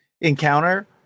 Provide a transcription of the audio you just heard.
encounter